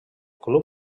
club